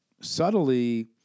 subtly